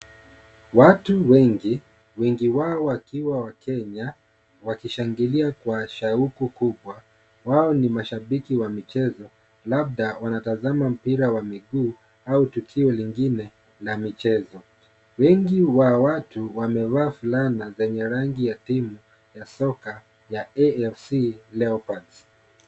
Watu wengi, wengi wao wakiwa wakenya, wakishangilia kwa shauku kubwa, wao ni mashabiki wa michezo, labda wanatazama mpira wa miguu au tukio lingine la michezo. Wengi wa watu wamevaa fulana zenye rangi ya timu ya soka ya AFC Leopards.